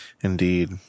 Indeed